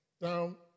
Now